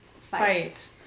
fight